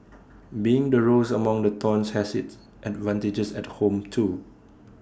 being the rose among the thorns has its advantages at home too